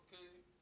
Okay